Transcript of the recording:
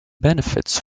benefits